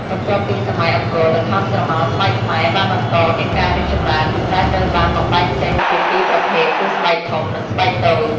បន្ទាប់ពីសម័យអង្គរ ល្ខោនស្រមោលស្បែកខ្មែរបានបន្តមានការរីកចម្រើន ប៉ុន្តែត្រូវបានបំបែកចេញជាពីរប្រភេទគឺស្បែកធំនិងស្បែកតូច។